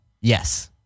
Yes